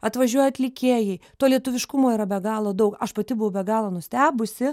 atvažiuoja atlikėjai to lietuviškumo yra be galo daug aš pati buvau be galo nustebusi